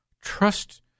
Trust